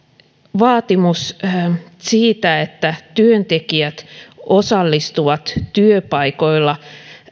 vaatimus siitä että työntekijät osallistuvat työpaikoilla